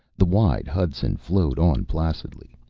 the wide hudson flowed on placidly,